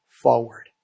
forward